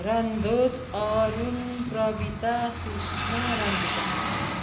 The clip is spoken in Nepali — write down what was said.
रणधोज अरुण प्रबिता सुषमा रञ्जीता